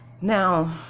Now